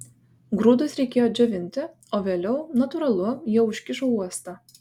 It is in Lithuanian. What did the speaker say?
grūdus reikėjo džiovinti o vėliau natūralu jie užkišo uostą